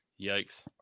Yikes